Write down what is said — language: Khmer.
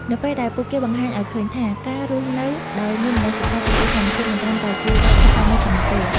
នៅពេលដែលពួកគេបង្ហាញឱ្យឃើញថា ការរស់នៅដោយមានមនសិការចំពោះធម្មជាតិមិនត្រឹមតែជួយដល់ភពផែនដីប៉ុណ្ណោះទេ។